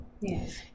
yes